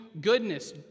goodness